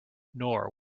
nor